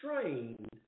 trained